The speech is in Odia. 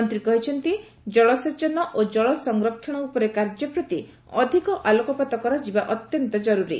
ମନ୍ତ୍ରୀ କହିଛନ୍ତି ଜଳସେଚନ ଓ ଜଳସଂରକ୍ଷଣ ଉପରେ କାର୍ଯ୍ୟ ପ୍ତି ଅଧିକ ଆଲୋକପାତ କରାଯିବା ଅତ୍ୟନ୍ତ କର୍ରରୀ